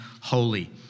holy